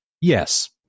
Yes